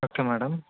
okay madam